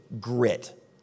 grit